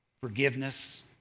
forgiveness